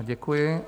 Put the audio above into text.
Děkuji.